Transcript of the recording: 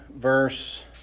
Verse